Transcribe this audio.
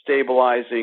stabilizing